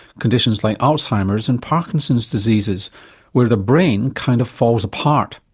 conditions like alzheimer's and parkinson's diseases where the brain kind of falls apart.